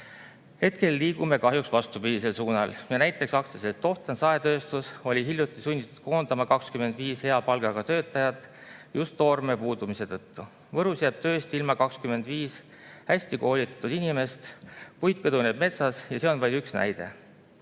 Hetkel liigume kahjuks vastupidises suunas. Näiteks AS Toftan saetööstus oli hiljuti sunnitud koondama 25 hea palgaga töötajat just toorme puudumise tõttu. Võrus jääb tööst ilma 25 hästi koolitatud inimest. Puit kõduneb metsas. See on vaid üks näide.